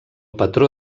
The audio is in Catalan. patró